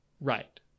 right